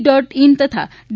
dot in તથા D